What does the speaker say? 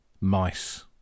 mice